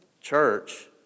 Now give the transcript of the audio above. church